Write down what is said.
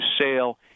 sale